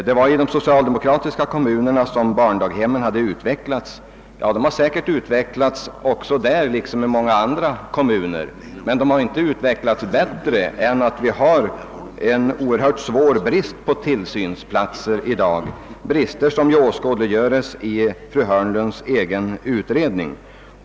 Det var i de socialdemokratiskt styrda kommunerna som barndaghemmen utvecklades, sade fru Hörnlund. Ja, de har säkerligen utvecklats: där liksom i många andra kommuner. Men de har inte utvecklats bättre än att det råder en synnerligen svår brist på tillsynsplatser i dag — en brist som åskådliggörs i fru Hörnlunds egen utredning.